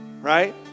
Right